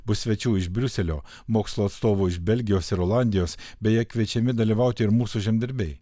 bus svečių iš briuselio mokslo atstovų iš belgijos ir olandijos beje kviečiami dalyvauti ir mūsų žemdirbiai